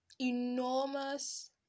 enormous